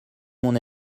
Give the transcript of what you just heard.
mon